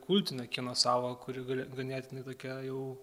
kultinio kino savo kuri gali ganėtinai tokia jau